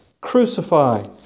Crucify